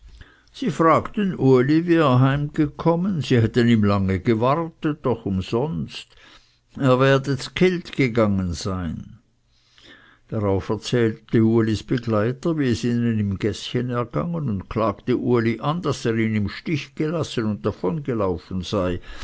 sie fragten uli wie er heimgekommen sie hätten ihm lange gewartet doch umsonst er werde zu kilt gewesen sein darauf erzählte ulis begleiter wie es ihnen im gäßchen ergangen und klagte uli an daß er ihn im stich gelassen und davongelaufen sei